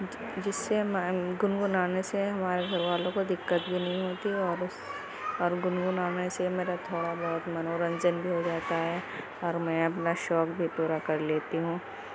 جس جس سے گنگنانے سے ہمارے گھر والوں کو دقت بھی نہیں ہوتی اور اور گنگنانے سے میرا تھوڑا بہت منورنجن بھی ہو جاتا ہے اور میں اپنا شوق بھی پورا کر لیتی ہوں